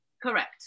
Correct